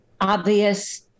obvious